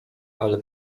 ale